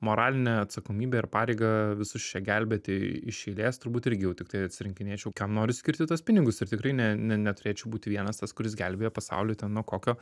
moralinę atsakomybę ir pareigą visus čia gelbėti iš eilės turbūt irgi jau tiktai atsirinkinėč kam noriu skirti tuos pinigus ir tikrai ne ne neturėčiau būti vienas tas kuris gelbėja pasaulį ten nuo kokio